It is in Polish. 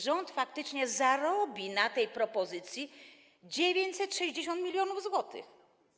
Rząd faktycznie zarobi na tej propozycji 960 mln zł.